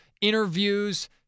interviews